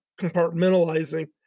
compartmentalizing